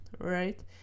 right